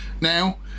Now